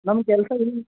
ನಮ್ಮ ಕೆಲಸ ಇಲ್ಲ